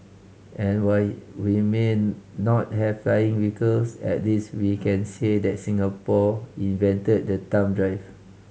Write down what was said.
and while we may not have flying vehicles at least we can say that Singapore invented the thumb drive